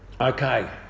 Okay